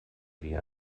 wie